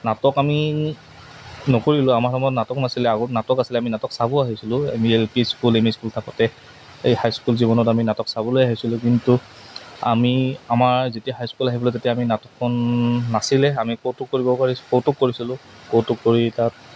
নাটক আমি নকৰিলোঁ আমাৰ সময়ত নাটক নাছিলে আগত নাটক আছিলে আমি নাটক চাব আহিছিলোঁ M E L P school M E school থাকোঁতে এই হাইস্কুল জীৱনত আমি নাটক চাবলৈ আহিছিলোঁ কিন্তু আমি আমাৰ যেতিয়া হাইস্কুল আহিব তেতিয়া আমি নাটকখন নাছিলে আমি কৌতুক কৰিব পাৰি কৌতুক কৰিছিলোঁ কৌতুক কৰি তাত